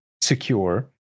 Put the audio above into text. secure